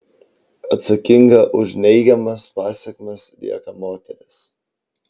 atsakinga už neigiamas pasekmes lieka moteris